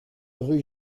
rue